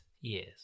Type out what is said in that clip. years